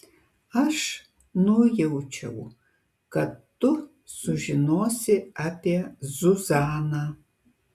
aš nujaučiau kad tu sužinosi apie zuzaną